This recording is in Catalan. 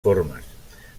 formes